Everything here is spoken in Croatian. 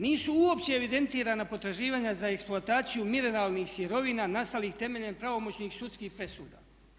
Nisu uopće evidentirana potraživanja za eksploataciju mineralnih sirovina nastalih temeljem pravomoćnih sudskih presuda.